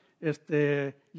este